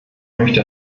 möchte